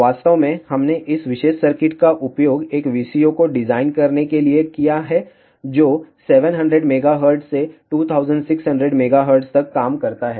वास्तव में हमने इस विशेष सर्किट का उपयोग एक VCO को डिजाइन करने के लिए किया है जो 700 MHz से 2600 MHz तक काम करता है